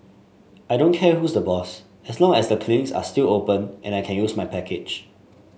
I don't care who's the boss as long as the clinics are still open and I can use my package